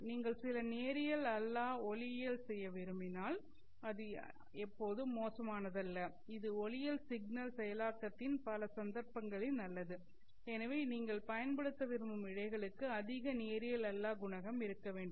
நீங்கள் சில நேரியல் அல்லா ஒளியியல் செய்ய விரும்பினால் அது எப்போதும் மோசமானதல்ல இது ஒளியியல் சிக்னல் செயலாக்கத்தின் பல சந்தர்ப்பங்களில் நல்லது எனவே நீங்கள் பயன்படுத்த விரும்பும் இழைகளுக்கு அதிக நேரியல் அல்லா குணகம் இருக்க வேண்டும்